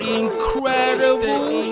incredible